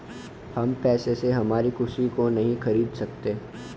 हम पैसे से हमारी खुशी को नहीं खरीदा सकते है